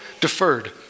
deferred